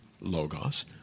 logos